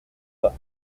pas